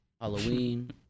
Halloween